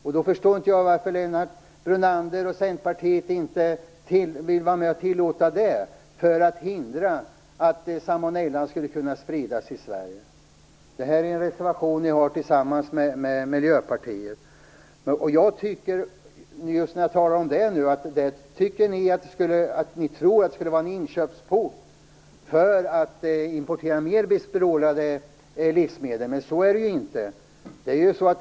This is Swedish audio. Därför förstår jag inte varför Lennart Brunander och Centerpartiet i den reservation som de har tillsammans med Miljöpartiet inte vill tillåta bestrålning av kryddor för att förhindra att salmonella sprids i Sverige. Ni tror att det skulle bli en inkörsport för import av andra bestrålade livsmedel, men så är det inte.